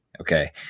Okay